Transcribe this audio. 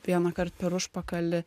vienąkart per užpakalį